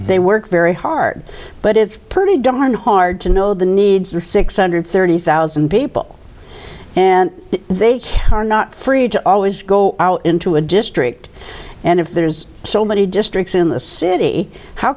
they worked very hard but it's pretty darn hard to know the needs of six hundred thirty thousand people and they care not free to always go out into a district and if there's so many districts in the city how